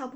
I